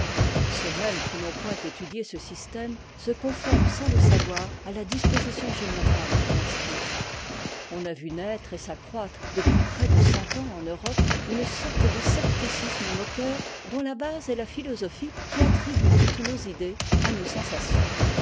ceux même qui n'ont point étudié ce système se conforment sans le savoir à la disposition générale qu'il inspire on a vu naître et s'accroître depuis près de cent ans en europe une sorte de scepticisme moqueur dont la base est la philosophie qui attribue toutes nos idées à nos sensations